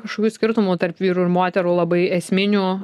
kažkokių skirtumų tarp vyrų ir moterų labai esminių